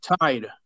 tied